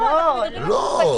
לא, אנחנו מדברים על מופעים.